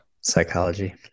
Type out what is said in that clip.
psychology